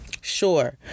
sure